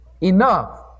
Enough